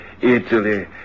Italy